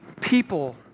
people